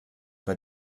bei